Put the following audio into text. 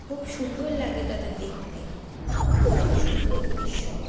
খুব সুন্দর লাগে তাদের দেখতে অনেক সুন্দর দৃশ্য